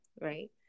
Right